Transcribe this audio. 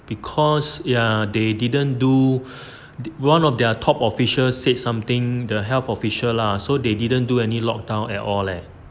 because ya they didn't do one of their top officials said something the health official lah so they didn't do any lockdown at all leh